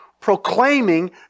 proclaiming